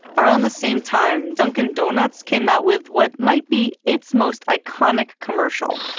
around the same time, dunkin' donuts came out with what might be its most iconic commercial